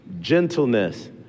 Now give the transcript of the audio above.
gentleness